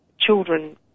children